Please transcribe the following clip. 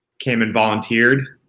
came and volunteered,